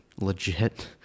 legit